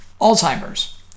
Alzheimer's